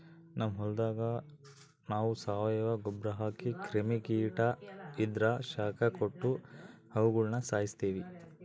ನಮ್ ಹೊಲದಾಗ ನಾವು ಸಾವಯವ ಗೊಬ್ರ ಹಾಕಿ ಕ್ರಿಮಿ ಕೀಟ ಇದ್ರ ಶಾಖ ಕೊಟ್ಟು ಅವುಗುಳನ ಸಾಯಿಸ್ತೀವಿ